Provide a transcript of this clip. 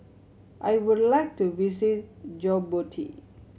I would like to visit Djibouti